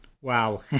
Wow